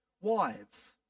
Wives